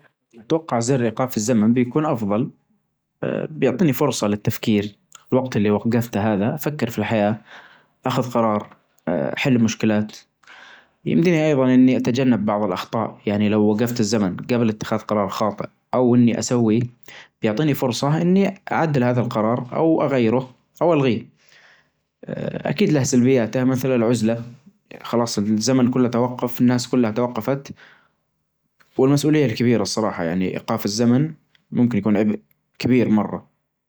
اتوقع زر ايقاف الزمن بيكون افظل بيعطيني فرصة للتفكير الوقت اللي وجفته هذا افكر في الحياة اخذ قرار احل مشكلات يمديني ايظا اني اتجنب بعظ الاخطاء يعني لو وجفت الزمن جبل اتخاذ قرار خاطئ او اني اسوي يعطيني فرصة اني اعدل هذا القرار أو اغيره او الغيه اكيد له سلبياته مثلا العزلة خلاص الزمن كله توقف الناس كلها توقفت. والمسؤولية الكبيرة الصراحة يعني ايقاف الزمن ممكن يكون عبء كبير مرة